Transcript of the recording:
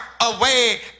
away